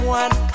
one